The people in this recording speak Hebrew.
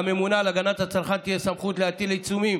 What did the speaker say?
לממונה על הגנת הצרכן תהיה סמכות להטיל עיצומים